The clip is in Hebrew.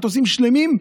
מטוסים שלמים,